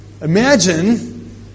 imagine